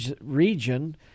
region